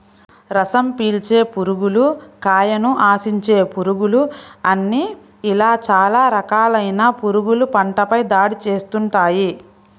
రసం పీల్చే పురుగులు, కాయను ఆశించే పురుగులు అని ఇలా చాలా రకాలైన పురుగులు పంటపై దాడి చేస్తుంటాయి